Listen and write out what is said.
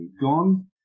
gone